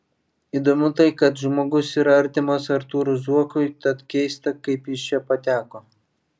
įdomu tai kad žmogus yra artimas artūrui zuokui tad keista kaip jis čia pateko